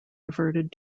reverted